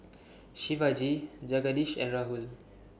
Shivaji Jagadish and Rahul